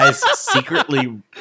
secretly